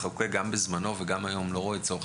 בין אם זה הצולל,